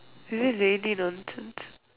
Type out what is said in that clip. really nonsense